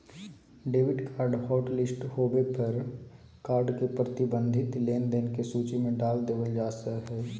debit card hotlist होबे पर card के प्रतिबंधित लेनदेन के सूची में डाल देबल जा हय